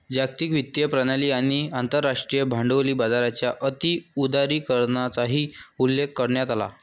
जागतिक वित्तीय प्रणाली आणि आंतरराष्ट्रीय भांडवली बाजाराच्या अति उदारीकरणाचाही उल्लेख करण्यात आला